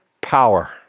power